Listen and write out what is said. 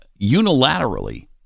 unilaterally